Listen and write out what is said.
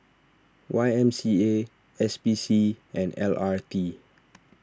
Y M C A S P C and L R T